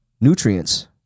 nutrients